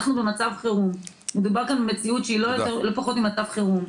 אנחנו במצב חירום מדובר כאן במציאות שהיא לא פחות ממצב חירום.